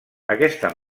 aquesta